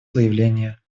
заявление